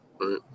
Right